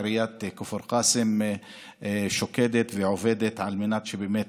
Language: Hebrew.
עיריית כפר כאסם שוקדת ועובדת על מנת באמת